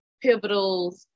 pivotal